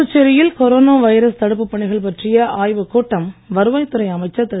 புதுச்சேரியில் corona virus தடுப்புப் பணிகள் பற்றிய ஆய்வுக் கூட்டம் வருவாய்த் துறை அமைச்சர் திரு